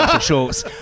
shorts